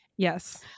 Yes